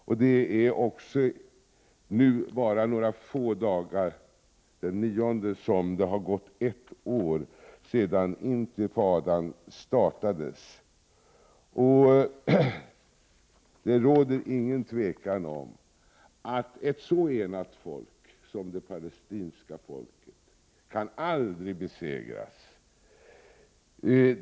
Den 9 december — alltså om ett par dagar — har det gått ett år sedan intifadan startades. Det råder inget tvivel om att ett så enat folk som det palestinska aldrig kan besegras.